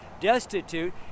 destitute